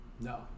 No